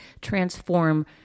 transform